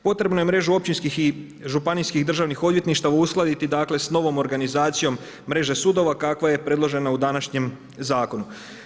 Potrebno je mrežu općinskih i županijskih državnih odvjetništava uskladiti dakle sa novom organizacijom mreže sudova kakva je predložena u današnjem zakonu.